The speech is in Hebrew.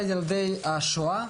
לילדי השואה.